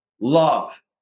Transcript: love